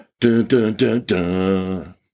Dun-dun-dun-dun